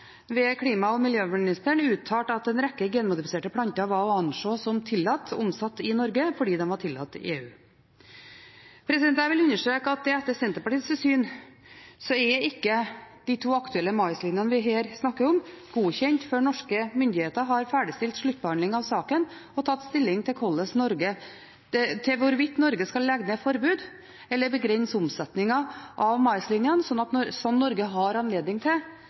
ved klima- og miljøministeren, uttalte at en rekke genmodifiserte planter var å anse som tillatt omsatt i Norge fordi de var tillatt i EU. Jeg vil understreke at etter Senterpartiets syn er ikke de to aktuelle maislinjene som vi her snakker om, godkjent før norske myndigheter har ferdigstilt sluttbehandling av saken og tatt stilling til hvorvidt Norge skal legge ned forbud eller begrense omsetningen av maislinjene, som Norge har anledning til